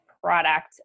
product